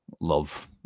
love